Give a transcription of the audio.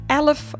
elf